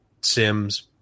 Sims